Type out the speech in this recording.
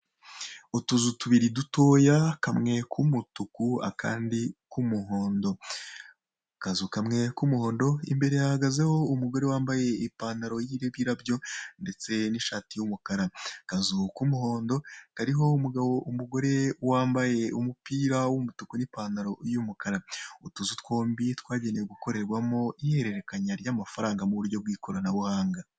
Utuzu tubiri dutota kamwe k'umutuku n'akandi k'umuhondo, akazu kamwe k'umuhondo imbere hahagazeho umugore wamabye ipantaro iriho ibirabyo ndetse n'ishati y'umukara, akazu k'umuhondo kariho umugore wambaye umupira w'umutuku n'ipantaro y'umukara utuzu twombi twagenewe gukorerwamo ihererekenya ry'amafaranga mu buryo bw'ikoranabuhanga.